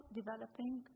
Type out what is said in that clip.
developing